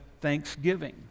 thanksgiving